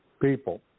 people